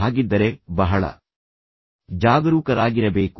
ಹಾಗಿದ್ದರೆ ಬಹಳ ಜಾಗರೂಕರಾಗಿರಬೇಕು